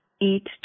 eat